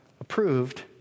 approved